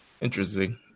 Interesting